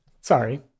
Sorry